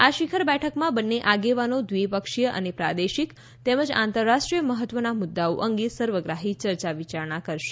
આ શિખર બેઠકમાં બંને આગેવાનો દ્વીપક્ષીય અને પ્રાદેશિક તેમજ આંતરરાષ્ટ્રીય મહત્વના મુદ્દાઓ અંગે સર્વગ્રાહી ચર્ચા વિચારણા કરશે